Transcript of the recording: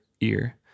ear